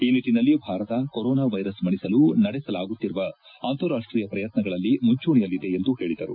ಈ ನಿಟ್ಟಿನಲ್ಲಿ Bharat corona virus ಮಣಿಸಲು ನಡೆಸಲಾಗುತ್ತಿರುವ ಅಂತಾರಾಷ್ಷೀಯ ಪ್ರಯತ್ನಗಳಲ್ಲಿ ಮುಂಚೂಣಿಯಲ್ಲಿದೆ ಎಂದು ಹೇಳಿದರು